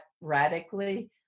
radically